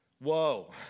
Whoa